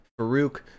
Farouk